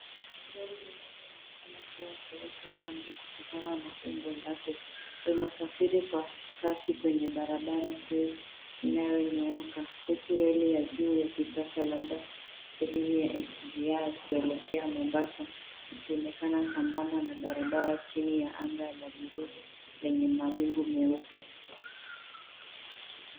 Gari linaloonekana kawa Toyota Camry kutokana na umbo lake linasafiri kwa kasi kwenye barabara kuu inayonyooka huku reli ya juu ya kisasa labda sehemu ya SGR kuelekea Mombasa ikionekana sambamba na barabara chini ya anga la bluu lenye mawingu meupe.